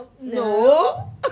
No